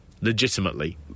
legitimately